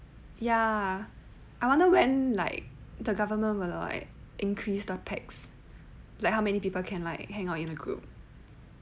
ya I wonder when like the government will increase the pax like how many people can like hang out in the group